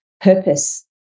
purpose